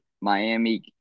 Miami